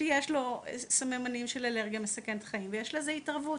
שיש לו סממנים של אלרגיה מסכנת חיים ויש לזה התערבות.